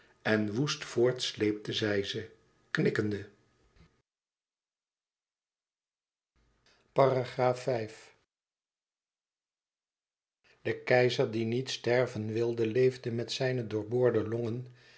en woest voort sleepte zij ze knikkende de keizer die niet sterven wilde leefde met zijne doorboorde longen